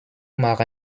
marin